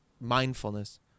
mindfulness